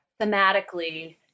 thematically